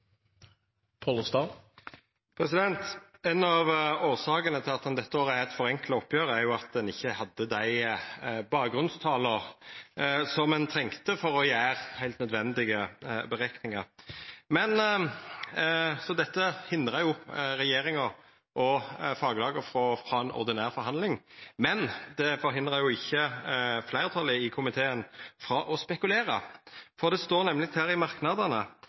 at ein ikkje hadde dei bakgrunnstala som ein trong for å gjera heilt nødvendige utrekningar, så dette hindra regjeringa og faglaga frå å ha ei ordinær forhandling. Men det forhindra ikkje fleirtalet i komiteen frå å spekulera, for det står nemleg i merknadene: